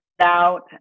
out